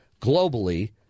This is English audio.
globally